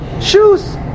shoes